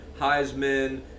Heisman